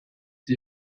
die